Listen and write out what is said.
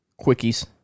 quickies